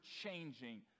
changing